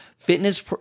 Fitness